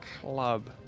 club